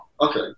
okay